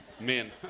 Men